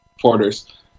porters